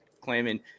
claiming